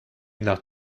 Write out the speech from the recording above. nach